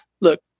look